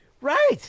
right